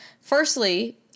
Firstly